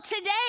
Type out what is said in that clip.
Today